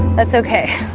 that's okay,